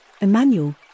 Emmanuel